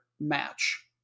match